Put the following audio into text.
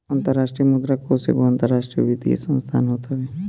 अंतरराष्ट्रीय मुद्रा कोष एगो अंतरराष्ट्रीय वित्तीय संस्थान होत हवे